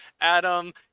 Adam